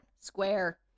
square